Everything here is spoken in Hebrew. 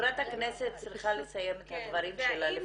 חברת הכנסת צריכה לסיים את הדברים שלה.